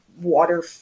water